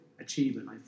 achievement